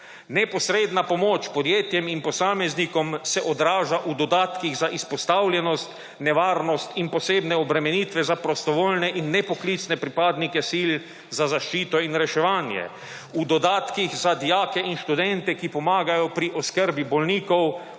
Neposredna pomoč podjetjem in posameznikom se odraža v dodatkih za izpostavljenost, nevarnost in posebne obremenitve za prostovoljne in nepoklicne pripadnike sil za zaščito in reševanje, v dodatkih za dijake in študente, ki pomagajo pri oskrbi bolnikov